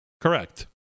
Correct